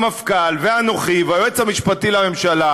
המפכ"ל ואנוכי והיועץ המשפטי לממשלה,